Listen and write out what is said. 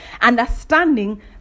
understanding